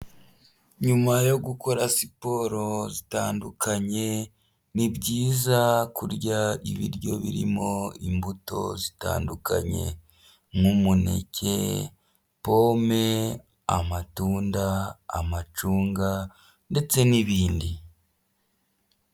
Nyuma yo gukora siporo zitandukanye, ni byiza kurya ibiryo birimo imbuto zitandukanye; nk'umuneke, pome, amatunda, amacunga, ndetse n'ibindi.